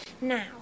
now